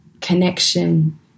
connection